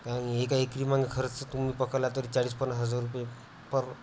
कारण एका एक्रीमागं खरंच तुम्ही पकडला तरी चाळीस पन्नास हजार रुपये पर